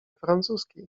francuskiej